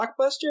Blockbuster